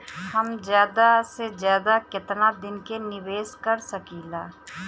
हम ज्यदा से ज्यदा केतना दिन के निवेश कर सकिला?